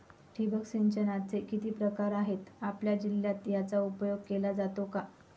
ठिबक सिंचनाचे किती प्रकार आहेत? आपल्या जिल्ह्यात याचा उपयोग केला जातो का?